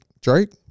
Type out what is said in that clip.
Drake